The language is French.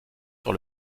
sur